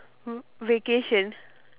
!huh! vacation